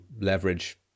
leverage